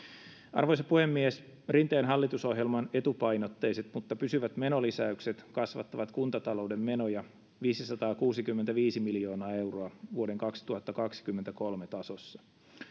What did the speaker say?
arvoisa puhemies rinteen hallitusohjelman etupainotteiset mutta pysyvät menolisäykset kasvattavat kuntatalouden menoja viisisataakuusikymmentäviisi miljoonaa euroa vuoden kaksituhattakaksikymmentäkolme tasossa